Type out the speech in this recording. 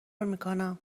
میکنم